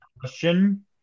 question